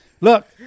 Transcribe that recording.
Look